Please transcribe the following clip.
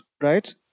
right